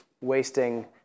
wasting